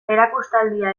erakustaldia